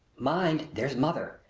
mind, there's mother!